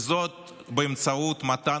באמצעות מתן